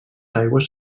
aigües